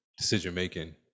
decision-making